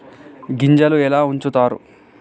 గింజలు ఎలా ఉంచుతారు?